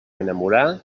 enamorar